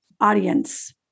audience